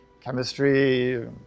chemistry